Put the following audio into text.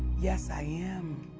yes, i am.